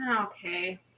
Okay